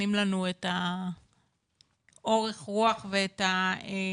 נותנים לנו את אורך הרוח ואת הדחיפה